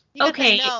okay